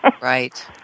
Right